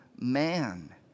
man